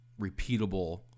repeatable